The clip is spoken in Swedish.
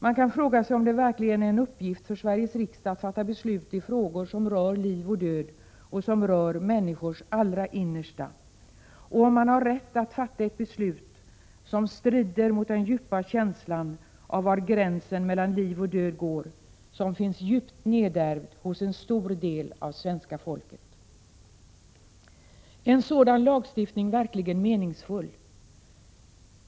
Man kan fråga sig om det verkligen är en uppgift för Sveriges riksdag att fatta beslut i frågor som rör liv och död och som rör människors allra innersta, och om man har rätt att fatta ett beslut som strider mot den djupa känsla av var gränsen mellan liv och död går som finns djupt nedärvd hos en stor del av svenska folket. Är en sådan lagstiftning verkligen meningsfull?